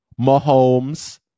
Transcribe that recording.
Mahomes